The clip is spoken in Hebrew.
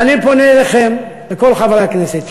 אבל אני פונה אליכם, לכל חברי הכנסת.